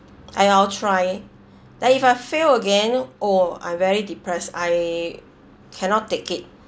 I'll try that if I fail again oh I very depressed I cannot take it